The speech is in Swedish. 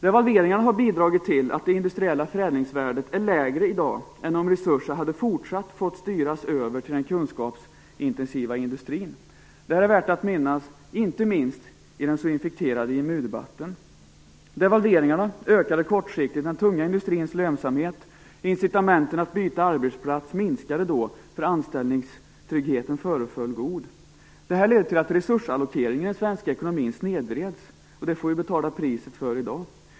Devalveringarna har bidragit till att det industriella förädlingsvärdet är lägre i dag än om resurser fortsatt hade fått styras över till den kunskapsintensiva industrin. Det är värt att minnas, inte minst i den så infekterade EMU-debatten. Devalveringarna ökade kortsiktigt den tunga industrins lönsamhet. Incitamenten att byta arbetsplats minskade när anställningstryggheten föreföll god. Detta ledde till att resursallokeringen i den svenska ekonomin snedvreds. Vi får betala priset för det i dag.